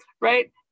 right